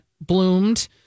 bloomed